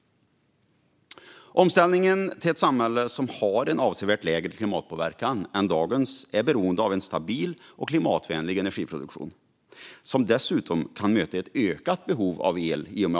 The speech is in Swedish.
Omställningen till ett samhälle som har en avsevärt lägre klimatpåverkan än dagens är beroende av en stabil och klimatvänlig energiproduktion, som dessutom kan möta ett ökat behov av el.